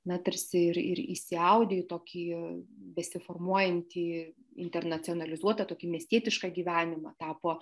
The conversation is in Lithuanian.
na tarsi ir ir įsiaudė į tokį besiformuojantį internacionalizuotą tokį miestietišką gyvenimą tapo